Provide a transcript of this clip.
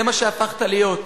זה מה שהפכת להיות.